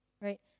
right